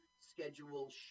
schedule